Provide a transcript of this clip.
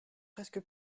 presque